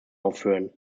aufführen